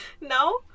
Now